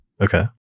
Okay